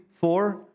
four